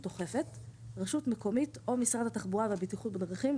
אוכפת" רשות מקומית או משרד התחבורה והבטיחות בדרכים,